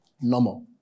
Normal